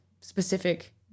specific